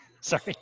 Sorry